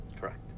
Correct